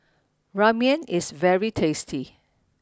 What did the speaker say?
Ramen is very tasty